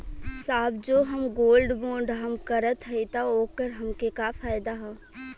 साहब जो हम गोल्ड बोंड हम करत हई त ओकर हमके का फायदा ह?